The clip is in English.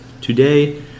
Today